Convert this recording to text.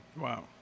Wow